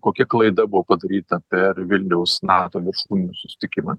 kokia klaida buvo padaryta per vilniaus nato viršūnių susitikimą